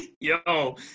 yo